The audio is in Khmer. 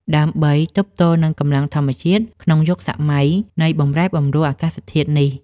ដើម្បីទប់ទល់នឹងកម្លាំងធម្មជាតិក្នុងយុគសម័យនៃបម្រែបម្រួលអាកាសធាតុនេះ។